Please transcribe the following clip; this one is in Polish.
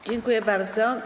Dziękuję bardzo.